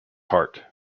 heart